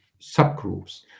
subgroups